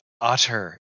utter